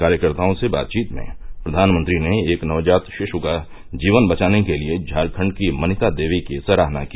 कार्यकर्ताओं से बातचीत में प्रधानमंत्री ने एक नवजात शिशु का जीवन बचाने के लिए झारखंड की मनिता देवी की सराहना की